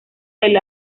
del